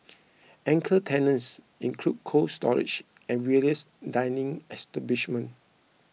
anchor tenants include Cold Storage and various dining establishment